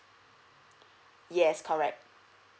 yes correct